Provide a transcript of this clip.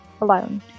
alone